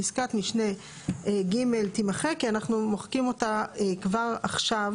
פסקת משנה ג' תימחק כי אנחנו מוחקים אותה כבר עכשיו